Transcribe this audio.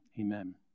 Amen